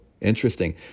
Interesting